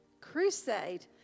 crusade